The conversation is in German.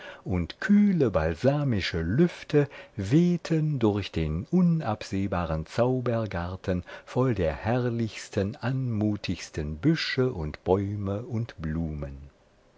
und kühle balsamische lüfte wehten durch den unabsehbaren zaubergarten voll der herrlichsten artmutigsten büsche und bäume und blumen